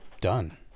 Done